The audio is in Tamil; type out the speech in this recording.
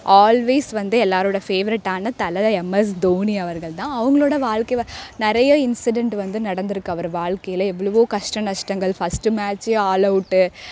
ஆல்வேஸ் வந்து எல்லாரோடய ஃபேவரட்டான தலை எம்எஸ் தோனி அவர்கள் தான் அவங்களோட வாழ்க்கை வ நிறைய இன்சிடென்ட் வந்து நடந்திருக்கு அவர் வாழ்க்கையில் எவ்வளோவோ கஷ்ட நஷ்டங்கள் ஃபஸ்ட் மேட்ச் ஆள் அவுட்டு